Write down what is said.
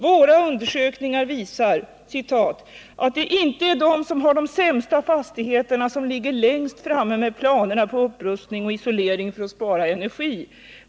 - Husundersökningen visar att det inte är de som har sämsta fastigheterna som ligger längst framme med planerna på upprustning och isolering för att spara energi.